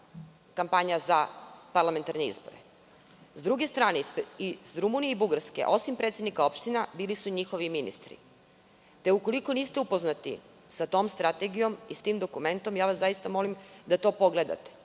kampanja za parlamentarne izbore. Sa druge strane, iz Rumunije i Bugarske, osim predsednika opština bili su njihovi ministri. Te, ukoliko niste upoznati sa tom strategijom i tim dokumentom, molim vas da to pogledate,